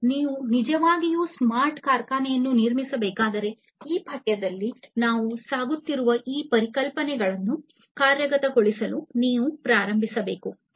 ಮತ್ತು ನೀವು ನಿಜವಾಗಿಯೂ ಸ್ಮಾರ್ಟ್ ಕಾರ್ಖಾನೆಯನ್ನು ನಿರ್ಮಿಸಬೇಕಾದರೆ ಈ ಪಠ್ಯದಲ್ಲಿ ನಾವು ಹಾದುಹೋಗುತ್ತಿದ್ದೇವೆ ಈ ಪರಿಕಲ್ಪನೆಗಳನ್ನು ಕಾರ್ಯಗತಗೊಳಿಸಲು ನೀವು ಪ್ರಾರಂಭಿಸಬೇಕು